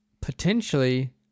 potentially